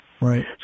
Right